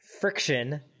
friction